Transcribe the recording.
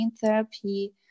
therapy